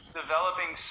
developing